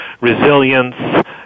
resilience